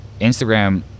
Instagram